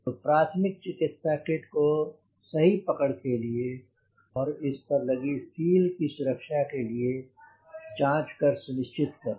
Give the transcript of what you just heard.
तो प्राथमिक चिकित्सा किट को सही पकड़ के लिए और इस पर लगी सील की सुरक्षा के लिए जांच कर सुनिश्चित कर लें